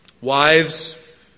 Wives